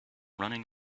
running